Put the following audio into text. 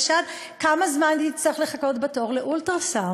כמה זמן היא תצטרך לחכות בתור לאולטרה-סאונד,